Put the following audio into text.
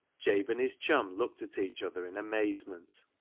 jabe and his chum looked at each other in amazement.